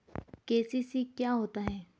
KCC क्या होता है?